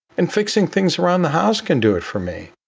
and fixing things around the house can do it for me.